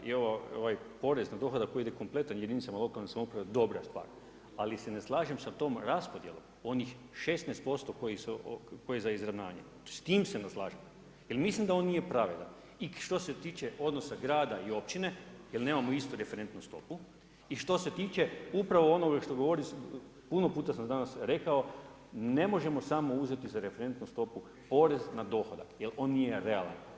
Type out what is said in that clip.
Kolega Borić, ja se slažem da ovaj porez na dohodak koji ide kompletan jedinicama lokalne samouprave dobra je stvar, ali se ne slažem sa tom raspodjelom onih 16% koji je za izravnanje, s tim se ne slažem jer mislim da oni nije pravedan i što se tiče odnosa grada i općine jel nemamo istu referentnu stopu i što se tiče upravo onoga što govorim puno puta sam danas rekao ne možemo samo uzeti za referentnu stopu porez na dohodak jer on nije realan.